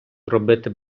зробити